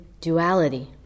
duality